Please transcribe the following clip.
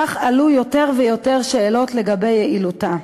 כך עלו יותר ויותר שאלות לגבי יעילותה.